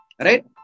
Right